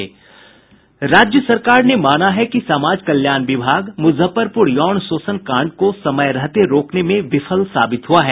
राज्य सरकार ने माना है कि समाज कल्याण विभाग मुजफ्फरपुर यौन शोषण कांड को समय रहते रोकने में विफल साबित हुआ है